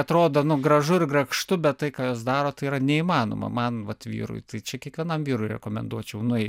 atrodo nu gražu ir grakštu bet tai ką jos daro tai yra neįmanoma man vat vyrui tai čia kiekvienam vyrui rekomenduočiau nueit